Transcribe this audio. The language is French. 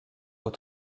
aux